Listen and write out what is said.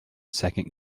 second